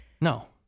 No